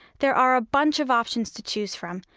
there are a bunch of options to choose from,